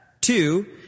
Two